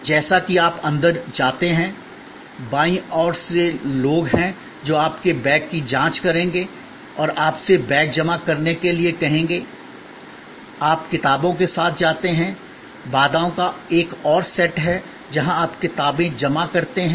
जैसा कि आप अंदर जाते हैं बाईं ओर ऐसे लोग हैं जो आपके बैग की जाँच करेंगे और आपसे बैग जमा करने के लिए कहेंगे आप किताबों के साथ जाते हैं बाधाओं का एक और सेट है जहाँ आप किताबें जमा करते हैं